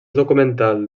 documental